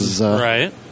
right